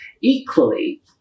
Equally